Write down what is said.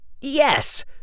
Yes